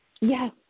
Yes